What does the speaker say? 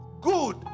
Good